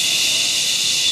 ששש.